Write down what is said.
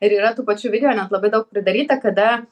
ir yra tų pačių video net labai daug pridaryta kada